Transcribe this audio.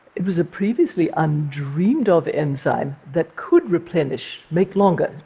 it was a previously undreamed-of enzyme that could replenish, make longer,